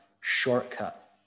shortcut